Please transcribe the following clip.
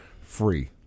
free